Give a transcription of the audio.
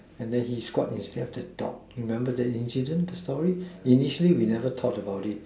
and then he squat in front of the dog remember that incident the story initially we never talk about the story